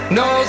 no